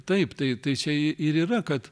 taip tai tai čia i ir yra kad